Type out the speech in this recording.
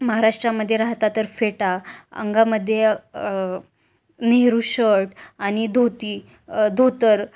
महाराष्ट्रामध्ये राहता तर फेटा अंगामध्ये नेहरू शर्ट आणि धोती धोतर